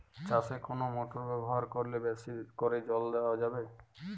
চাষে কোন মোটর ব্যবহার করলে বেশী করে জল দেওয়া যাবে?